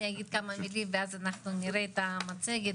אני אגיד כמה מילים ואז אנחנו נראה את המצגת.